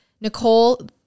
Nicole